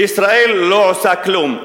וישראל לא עושה כלום.